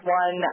one